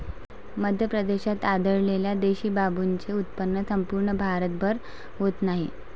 मध्य प्रदेशात आढळलेल्या देशी बांबूचे उत्पन्न संपूर्ण भारतभर होत नाही